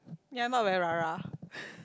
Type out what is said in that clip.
ya I not very rah-rah